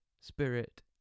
spirit